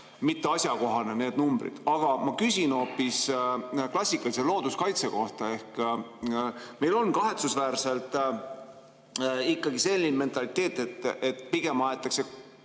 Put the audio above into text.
mitteasjakohased. Aga ma küsin hoopis klassikalise looduskaitse kohta. Meil on kahetsusväärselt ikkagi selline mentaliteet, et pigem aetakse